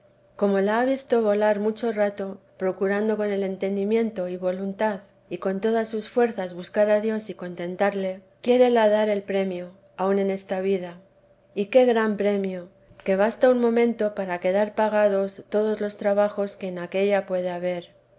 como la ha visto volar mucho rato procurando con el entendimiento y voluntad y con todas sus fuerzas buscar a dios y contentarle quiérela dar el premio aun en esta vida y qué gran premio que basta un momento para quedar pagados todos los trabajos que en aquélla puede haber